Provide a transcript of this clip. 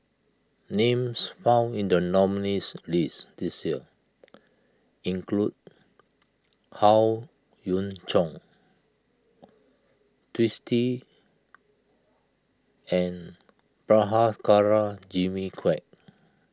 names found in the nominees' list this year include Howe Yoon Chong Twisstii and Prabhakara Jimmy Quek